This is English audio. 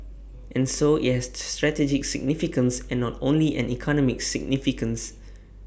and so IT has strategic significance and not only an economic significance